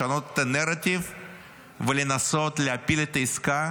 לשנות את הנרטיב ולנסות להפיל את העסקה